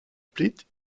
split